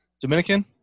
Dominican